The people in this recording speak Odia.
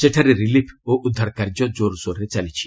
ସେଠାରେ ରିଲିଫ୍ ଓ ଉଦ୍ଧାର କାର୍ଯ୍ୟ ଜୋର୍ସୋର୍ରେ ଚାଲିଛି